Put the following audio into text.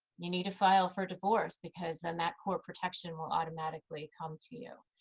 you need to file for divorce, because then that court protection will automatically come to you.